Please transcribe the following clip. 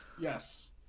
Yes